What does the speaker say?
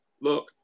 look